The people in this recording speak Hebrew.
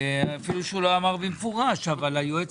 אפילו שהוא לא אמר במפורש אבל היועץ